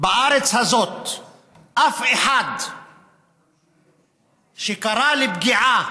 בארץ הזאת אף אחד שקרא לפגיעה,